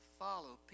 follow